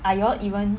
are you all even